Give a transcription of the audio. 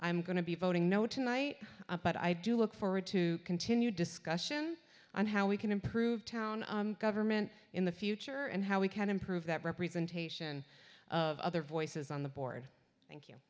i'm going to be voting no tonight but i do look forward to continued discussion on how we can improve town government in the future and how we can improve that representation of other voices on the board